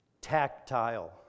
Tactile